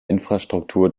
infrastruktur